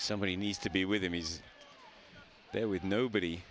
somebody needs to be with him he's there with nobody